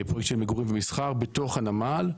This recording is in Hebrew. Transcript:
פרויקט של מגורים ומסחר בתוך הנמל,